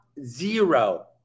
Zero